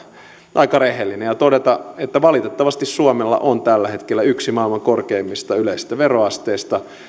aika rehellinen ja todeta että valitettavasti suomella on tällä hetkellä yksi maailman korkeimmista yleisistä veroasteista